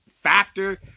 factor